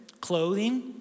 clothing